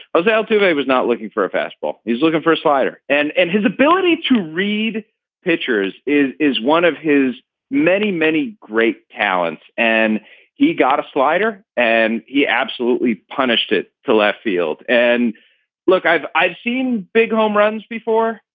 i was able to i was not looking for a fastball. he's looking for a slider and and his ability to read pitchers is one of his many many great talents. and he got a slider and he absolutely punished it to left field and look i've i've seen big home runs before.